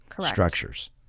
structures